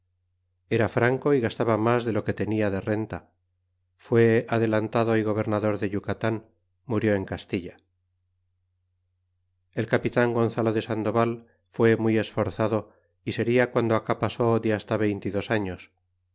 era franco y gastaba mas de lo qtie tenia de renta fue adelantado y gobernador de yucatan murió en castilla el capitan gonzalo de sandoval fue muy esforzado y seria guando acá pasó de hasta veinte y dos años